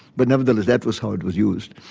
but nevertheless that was how it was used.